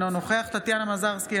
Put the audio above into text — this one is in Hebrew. אינו נוכח טטיאנה מזרסקי,